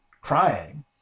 crying